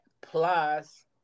plus